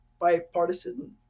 bipartisan